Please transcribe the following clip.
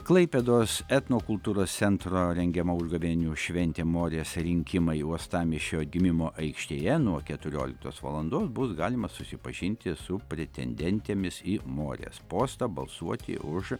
klaipėdos etnokultūros centro rengiama užgavėnių šventė morės rinkimai uostamiesčio atgimimo aikštėje nuo keturioliktos valandos bus galima susipažinti su pretendentėmis į morės postą balsuoti už